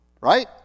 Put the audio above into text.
right